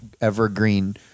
evergreen